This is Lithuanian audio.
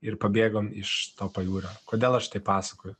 ir pabėgom iš to pajūrio kodėl aš tai pasakoju